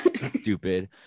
stupid